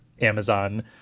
amazon